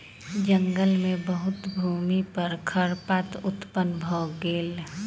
जंगल मे बहुत भूमि पर खरपात उत्पन्न भ गेल